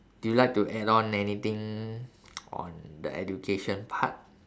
do you like to add on anything on the education part